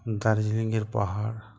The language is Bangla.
দার্জিলিংয়ের পাহাড়